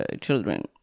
children